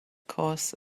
course